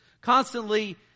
Constantly